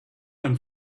than